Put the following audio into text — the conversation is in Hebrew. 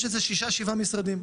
יש איזה שישה-שבעה משרדים.